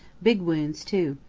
big wounds too.